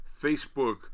Facebook